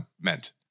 meant